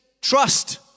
trust